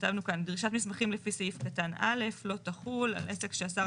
כתבנו כאן דרישת מסמכים לפי סעיף קטן (א) לא תחול על עסק שהשר